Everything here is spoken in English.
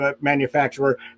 manufacturer